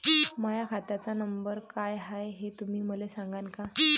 माह्या खात्याचा नंबर काय हाय हे तुम्ही मले सागांन का?